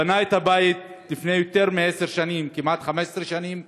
בנה את הבית לפני יותר מעשר שנים, כמעט 15 שנים.